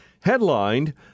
headlined